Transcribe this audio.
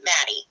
Maddie